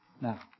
Now